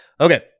Okay